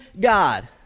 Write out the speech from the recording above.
God